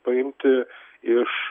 paimti iš